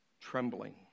trembling